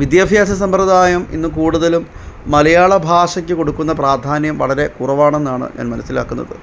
വിദ്യാഭ്യാസം സമ്പ്രദായം ഇന്ന് കൂടുതലും മലയാള ഭാഷയ്ക്ക് കൊടുക്കുന്ന പ്രാധാന്യം വളരെ കുറവാണെന്നാണ് ഞാന് മനസ്സിലാക്കുന്നത്